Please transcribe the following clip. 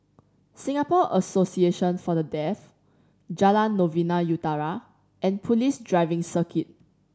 Singapore Association For The Deaf Jalan Novena Utara and Police Driving Circuit